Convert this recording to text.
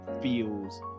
feels